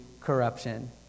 corruption